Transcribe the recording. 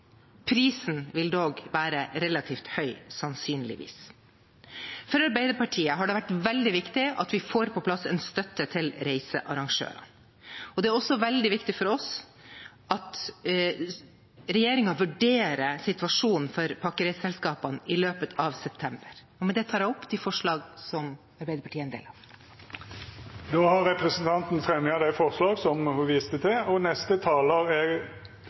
Prisen vil dog være relativt høy – sannsynligvis. For Arbeiderpartiet har det vært veldig viktig at vi får på plass en støtte til reisearrangørene, og det er også veldig viktig for oss at regjeringen vurderer situasjonen for pakkereiseselskapene i løpet av september. Med det tar jeg opp forslaget som Arbeiderpartiet er en del av. Representanten Åsunn Lyngedal har teke opp det forslaget ho refererte til.